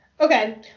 okay